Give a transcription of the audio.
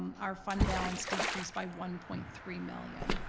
our fund balance decreased by one point three million.